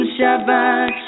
Shabbat